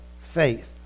faith